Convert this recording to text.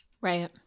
Right